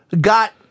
got